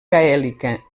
gaèlica